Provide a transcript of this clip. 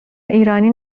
ایرانی